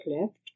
left